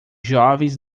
jovens